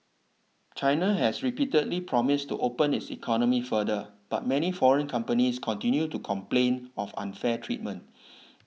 China has repeatedly promised to open its economy further but many foreign companies continue to complain of unfair treatment